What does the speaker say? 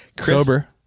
Sober